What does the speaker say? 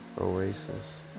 oasis